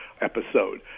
episode